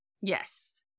Yes